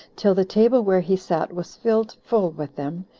till the table where he sat was filled full with them,